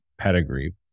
pedigree